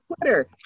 Twitter